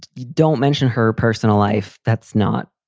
don't mention her personal life. that's not.